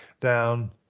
down